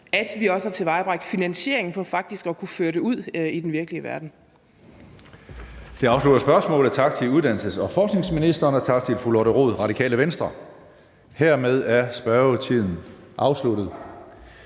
har vi også tilvejebragt finansiering for faktisk at kunne føre det ud i den virkelige verden.